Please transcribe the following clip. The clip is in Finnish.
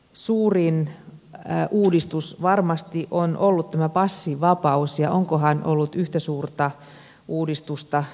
suurin uudistus varmasti on ollut tämä passivapaus ja onkohan ollut yhtä suurta uudistusta sen jälkeen